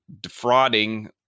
defrauding